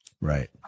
Right